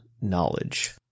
knowledge